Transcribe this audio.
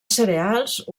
cereals